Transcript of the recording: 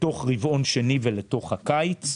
ברבעון השני ואל תוך הקיץ,